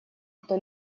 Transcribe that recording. кто